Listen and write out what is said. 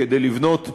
כדי לבנות יחד,